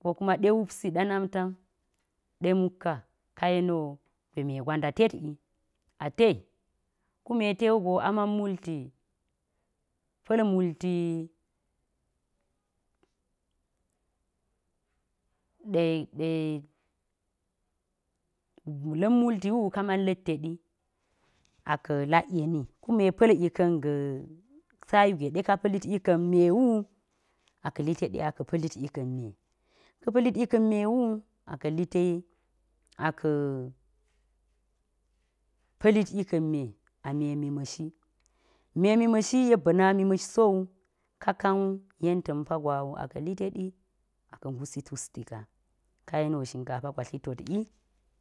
Ko kuma ɗe wupsi ɗe namtan, ɗe mukka, ka yeni wo gwe me gwa nda tet yi, a te, kume ɗe wugo a man multi, pa̱l multi ɗe ɗe wul la̱m multi wu, ka man la̱t teɗi, a ka̱ lak yeni, kume pa̱l ika̱n ga̱ sa‘i gwe ɗe ka pa̱lit ika̱n me wu, a ka̱ li teɗi a ka̱ pa̱lit ika̱n me, ka̱ pa̱lit ika̱n me wu, a ka̱ lite a ka̱ pa̱lit ika̱n me a memi ma̱shi, memi ma̱shi yek ba̱ nami ma̱sh so wu, ka kan yen ta̱mpa gwa wu a ka̱ lite ɗi, a ka̱ ngusi tusti ka, ka yeni wo shinkapa gwa tli tot wi,